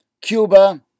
Cuba